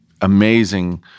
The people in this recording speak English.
amazing